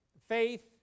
faith